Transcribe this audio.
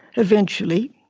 eventually,